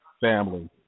family